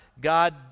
God